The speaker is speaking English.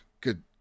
Good